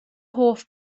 hoff